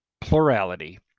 plurality